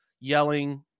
yelling